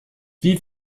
wie